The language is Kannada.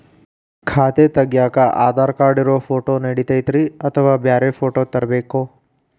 ಖಾತೆ ತಗ್ಯಾಕ್ ಆಧಾರ್ ಕಾರ್ಡ್ ಇರೋ ಫೋಟೋ ನಡಿತೈತ್ರಿ ಅಥವಾ ಬ್ಯಾರೆ ಫೋಟೋ ತರಬೇಕೋ?